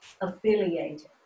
affiliated